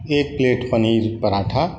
एक प्लेट पनीर पराँठा